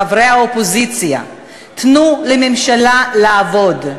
חברי האופוזיציה: תנו לממשלה לעבוד.